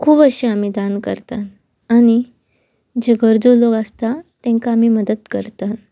खूब अशें आमी दान करतात आनी जे गरजो लोक आसता तांकां आमी मदत करतात